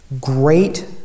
great